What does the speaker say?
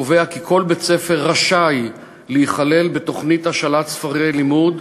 קובע כי כל בית-ספר רשאי להיכלל בתוכנית השאלת ספרי הלימוד,